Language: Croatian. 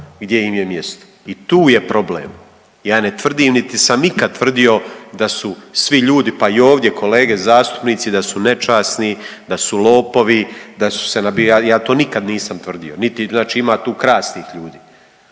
gdje im je mjesto. I tu je problem. Ja ne tvrdim niti sam ikad tvrdio da su svi ljudi, pa i ovdje kolete zastupnici da su nečasni, da su lopovi, da su se, ja to nikad nisam tvrdio, niti znači ima tu krasnih ljudi.